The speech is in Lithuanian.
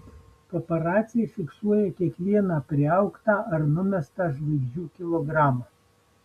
paparaciai fiksuoja kiekvieną priaugtą ar numestą žvaigždžių kilogramą